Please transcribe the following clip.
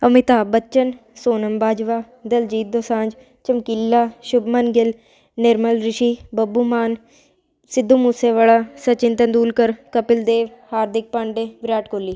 Amitabh Bachchan Sonam Bajwa Diljit Dosanjh Chamkila Shubman Gill Nirmal Rishi Babbu Maan Sidhu Moosewala Sachin Tendulkar Kapil Dev Hardik Pandya Virat Kohli